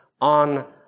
on